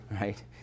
right